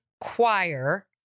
Choir